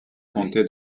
comté